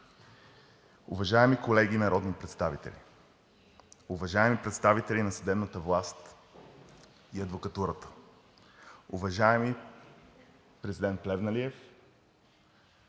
уважаеми колеги народни представители, уважаеми представители на съдебната власт и адвокатурата, уважаеми президент Плевнелиев,